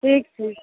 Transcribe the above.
ठीक छै